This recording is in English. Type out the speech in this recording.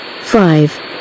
five